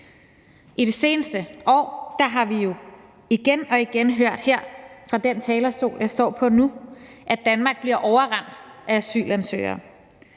I de seneste år har vi igen og igen hørt fra den talerstol, jeg står på nu, at Danmark bliver overrendt af asylansøgere.